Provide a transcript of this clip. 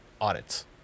audits